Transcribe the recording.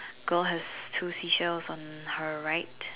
girl has two seashells on her right